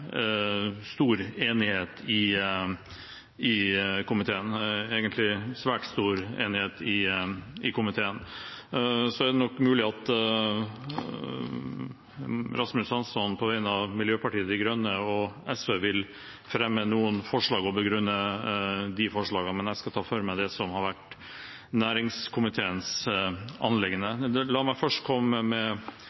stor enighet i komiteen, egentlig svært stor enighet. Så er det nok mulig at Rasmus Hansson, på vegne av Miljøpartiet De Grønne, og SV vil fremme noen forslag og begrunne de forslagene, men jeg skal ta for meg det som har vært næringskomiteens anliggende. La meg først